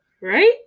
Right